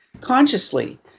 consciously